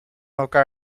elkaar